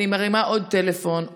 אני מרימה עוד טלפון,